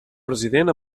president